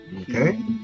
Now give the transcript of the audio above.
Okay